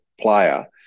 player